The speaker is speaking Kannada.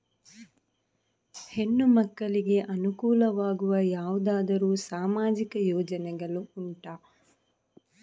ಹೆಣ್ಣು ಮಕ್ಕಳಿಗೆ ಅನುಕೂಲವಾಗುವ ಯಾವುದಾದರೂ ಸಾಮಾಜಿಕ ಯೋಜನೆಗಳು ಉಂಟಾ?